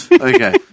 Okay